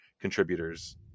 contributors